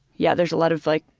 yeah, there's a lot of like,